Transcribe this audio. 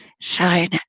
shine